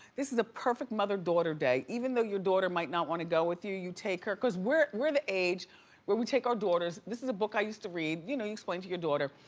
this is a perfect mother-daughter day. even though your daughter might not wanna go with you, you take her cause we're we're the age where we take our daughters. this is a book i used to read. you know you explain to your daughter.